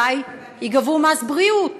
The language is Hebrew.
אולי יגבו מס בריאות?